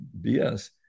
BS